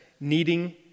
needing